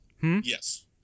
Yes